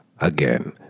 Again